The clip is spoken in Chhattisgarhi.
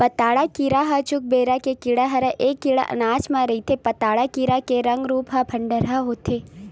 पताड़ा कीरा ह जुन्ना बेरा के कीरा हरय ऐ कीरा अनाज म रहिथे पताड़ा कीरा के रंग रूप ह पंडरा होथे